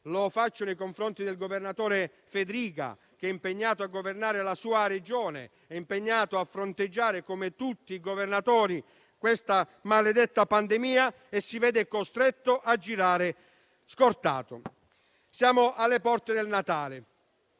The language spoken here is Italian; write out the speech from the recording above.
lo faccio nei confronti del governatore Fedriga, che è impegnato a governare la sua Regione e a fronteggiare, come tutti i governatori, questa maledetta pandemia e si vede costretto a girare scortato. Siamo alle porte del Natale.